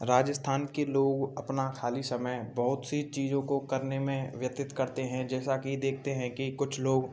राजस्थान के लोग अपना ख़ाली समय बहुत सी चीज़ों को करने में व्यतीत करते हैं जैसा कि देखते हैं कि कुछ लोग